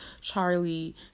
Charlie